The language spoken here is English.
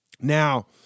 Now